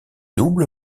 double